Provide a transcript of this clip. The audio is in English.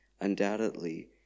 Undoubtedly